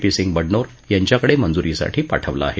P Singh Badnore यांच्याकडे मंजूरीसाठी पाठवला आहे